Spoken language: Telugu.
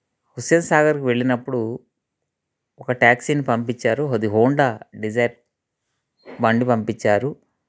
హుస్సేన్ సాగర్కు వెళ్ళినప్పుడు ఒక ట్యాక్సీని పంపించారు అది హోండా డిజైర్ బండి పంపిచ్చారు